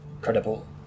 credible